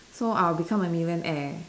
so I will become a millionaire